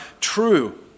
true